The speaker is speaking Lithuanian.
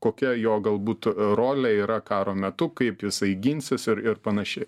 kokia jo galbūt rolė yra karo metu kaip jisai ginsis ir ir panašiai